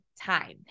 time